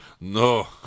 no